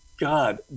God